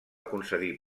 concedir